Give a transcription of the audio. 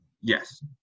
Yes